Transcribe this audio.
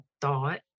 thought